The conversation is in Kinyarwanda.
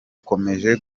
ukomeje